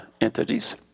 entities